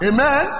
Amen